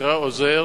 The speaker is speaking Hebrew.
שנקרא עוזייר,